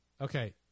Okay